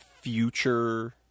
future